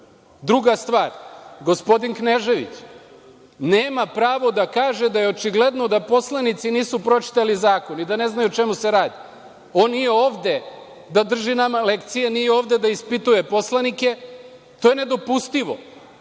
stvar, gospodin Knežević, nema pravo da kaže da je očigledno da poslanici nisu pročitali zakon i da ne znaju o čemu se radi. On nije ovde da nama drži lekcije, nije ovde da ispituje poslanike. To je nedopustivo.